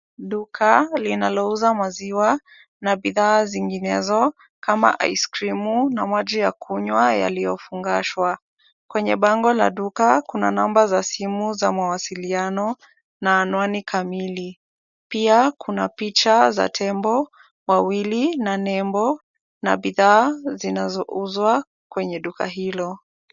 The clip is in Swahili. Duka linalouza maziwa na bidhaa zinginezo kama aiskrimu na maji ya kunywa yaliyo fungashwa. Kwenye bango la duka kuna namba za simu za mawasiliano na anwani kamili, pia kuna picha za tembo wawili na nembo na bidhaa zinazouzwa kwenye duka hilo.